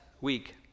week